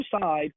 side